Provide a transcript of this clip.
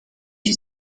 you